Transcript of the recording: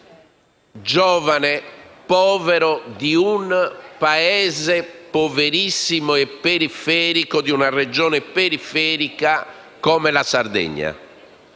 giovane povero di un Paese poverissimo e periferico di una regione periferica come la Sardegna.